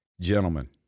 Gentlemen